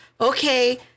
okay